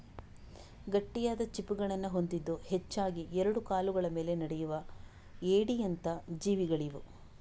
ಗಟ್ಟಿಯಾದ ಚಿಪ್ಪುಗಳನ್ನ ಹೊಂದಿದ್ದು ಹೆಚ್ಚಾಗಿ ಎರಡು ಕಾಲುಗಳ ಮೇಲೆ ನಡೆಯುವ ಏಡಿಯಂತ ಜೀವಿಗಳಿವು